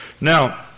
Now